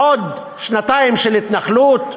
עוד שנתיים של התנחלות,